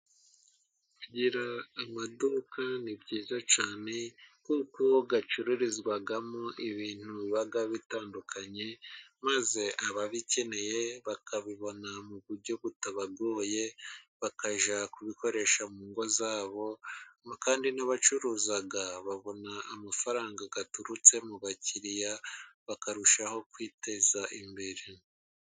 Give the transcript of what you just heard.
Kugira amaduka ni byiza cyane, kuko acururizwamo ibintu bigiye bitandukanye, maze ababikeneye bakabibona mu buryo butabagoye, bakajya kubikoresha mu ngo zabo. Kandi n'abacuruza babona amafaranga aturutse mu bakiriya bakarushaho kwiteza imbere.